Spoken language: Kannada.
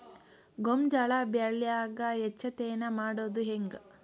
ಗೋಂಜಾಳ ಬೆಳ್ಯಾಗ ಹೆಚ್ಚತೆನೆ ಮಾಡುದ ಹೆಂಗ್?